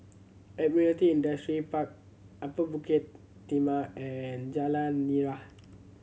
Admiralty Industrial Park Upper Bukit Timah and Jalan Nira